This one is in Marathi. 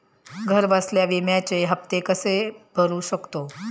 घरबसल्या विम्याचे हफ्ते कसे भरू शकतो?